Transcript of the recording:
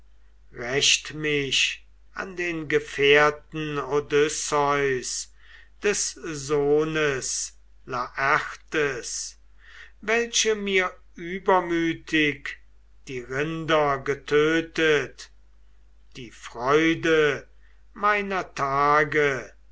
rächt mich an den gefährten odysseus des sohnes laertes welche mir übermütig die rinder getötet die freude meiner tage